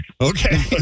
Okay